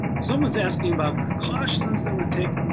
someone's asking about precautions that were taken,